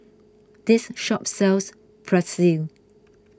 this shop sells Pretzel